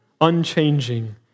unchanging